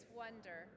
wonder